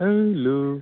hello